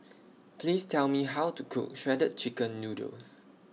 Please Tell Me How to Cook Shredded Chicken Noodles